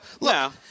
Look